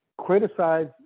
criticize